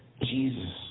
Jesus